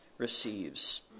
receives